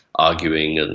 arguing, and and